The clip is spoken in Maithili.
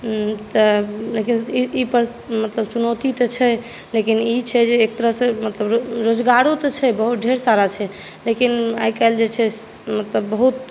तऽ लेकिन ई मतलब चुनौती तऽ छै लेकिन ई छै जे एक तरहसँ मतलब रोजगारो तऽ छै बहुत ढेर सारा छै लेकिन आइ काल्हि जे छै मतलब बहुत